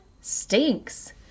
stinks